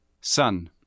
Sun